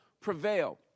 prevail